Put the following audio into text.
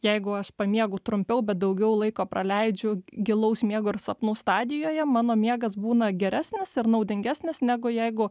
jeigu aš pamiegu trumpiau bet daugiau laiko praleidžiu gilaus miego ir sapnų stadijoje mano miegas būna geresnis ir naudingesnis negu jeigu